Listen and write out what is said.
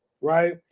right